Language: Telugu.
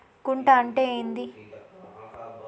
గుంట అంటే ఏంది?